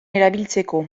erabiltzeko